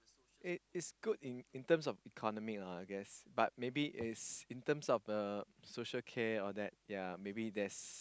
it is good in in terms of economic lah I guess but maybe is in terms of uh social care and all that yeah maybe there's